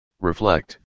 reflect